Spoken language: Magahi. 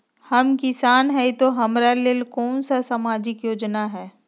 हम किसान हई तो हमरा ले कोन सा सामाजिक योजना है?